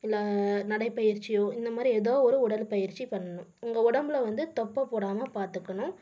இல்லை நடைப் பயிற்சியோ இந்தமாதிரி ஏதோ ஒரு உடல் பயிற்சி பண்ணணும் உங்கள் உடம்பில் வந்து தொப்பை போடாமல் பார்த்துக்கணும்